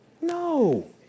No